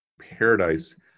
paradise